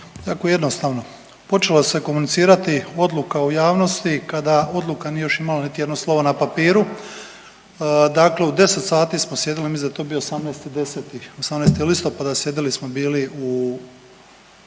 Jako jednostavno, počela se komunicirati odluka u javnosti kada odluka nije još imala niti jedno slovo na papiru, dakle u 10 sati smo sjedili, ja mislim da je to bio 18.10., 18. listopada, sjedili smo bili u